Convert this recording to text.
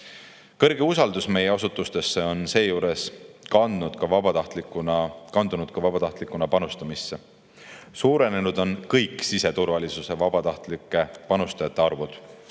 Kõrge usaldus meie asutuste vastu on kandunud ka vabatahtlikuna panustamisse. Suurenenud on kõik siseturvalisusse vabatahtlikult panustajate arvud.